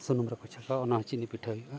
ᱥᱩᱱᱩᱢ ᱨᱮᱠᱚ ᱪᱷᱟᱸᱠᱟᱣᱟ ᱚᱱᱟ ᱦᱚᱸ ᱪᱤᱱᱤ ᱯᱤᱴᱷᱟᱹ ᱦᱩᱭᱩᱜᱼᱟ